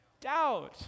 doubt